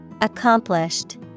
Accomplished